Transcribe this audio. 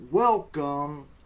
Welcome